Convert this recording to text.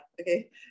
okay